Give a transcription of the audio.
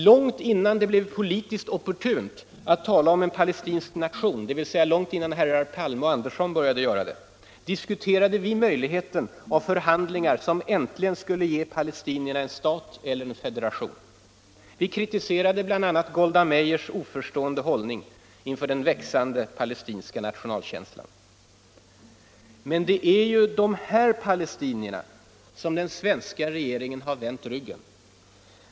Långt innan det blev politiskt opportunt att tala om en palestinsk nation, dvs. långt innan herrar Palme och Andersson började göra det, diskuterade vi möjligheterna av förhandlingar som äntligen skulle ge palestinierna en stat eller en federation. Vi kritiserade bl.a. Golda Meirs oförstående hållning inför den växande palestinska nationalkänslan. Men det är ju dessa palestinier som den svenska regeringen har vänt ryggen!